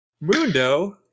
Mundo